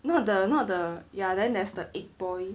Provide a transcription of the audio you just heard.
not the not the ya then there's the egg boy